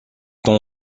tant